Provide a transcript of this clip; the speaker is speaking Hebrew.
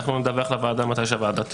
אנחנו נדווח לוועדה מתי שהוועדה תורה לנו.